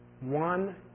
one